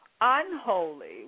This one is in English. unholy